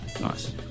Nice